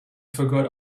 forgot